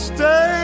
Stay